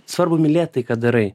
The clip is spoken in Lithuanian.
svarbu mylėt tai ką darai